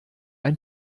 ein